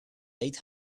eight